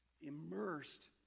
immersed